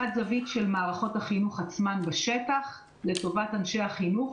אחת היא זווית של מערכות החינוך עצמן בשטח לטובת אנשי החינוך,